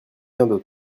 d’autres